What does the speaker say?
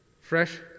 fresh